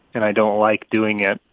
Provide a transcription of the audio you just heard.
and i don't like doing it.